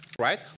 right